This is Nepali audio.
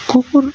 कुकुर